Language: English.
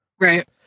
Right